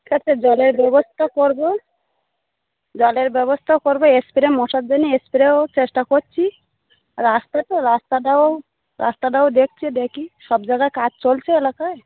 ঠিক আছে জলের ব্যবস্থা করব জলের ব্যবস্থাও করব স্প্রে মশার জন্যে স্প্রেও চেষ্টা করছি রাস্তা তো রাস্তাটাও রাস্তাটাও দেখচি দেখি সব জায়গায় কাজ চলছে এলাকায়